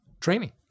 training